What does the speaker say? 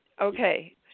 Okay